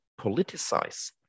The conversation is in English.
politicize